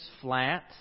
flat